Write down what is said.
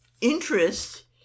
interest